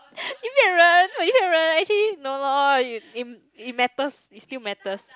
你骗人你骗人 actually no loh it it it matters it still matters